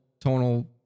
tonal